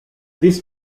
this